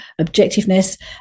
objectiveness